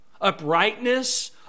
uprightness